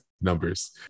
numbers